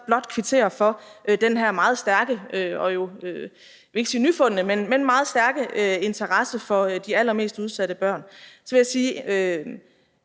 blot kvittere for den her meget stærke – jeg vil ikke sige nyfundne, men meget stærke – interesse for de allermest udsatte børn. Så vil jeg sige, at